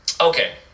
okay